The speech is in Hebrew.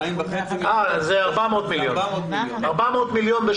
400 מיליון.